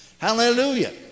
Hallelujah